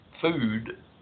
food